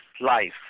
life